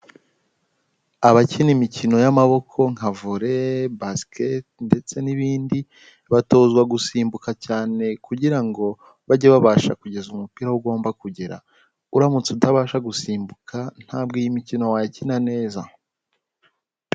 Abakina imikino y'amaboko nka volley, basket ndetse n'ibindi batozwa gusimbuka cyane kugira ngo bajye babasha kugeza umupira aho ugomba kugera, uramutse utabasha gusimbuka ntabwo iyi mikino wayikina neza.